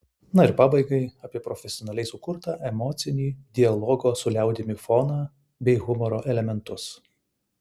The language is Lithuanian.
na ir pabaigai apie profesionaliai sukurtą emocinį dialogo su liaudimi foną bei humoro elementus